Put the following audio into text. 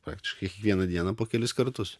praktiškai kiekvieną dieną po kelis kartus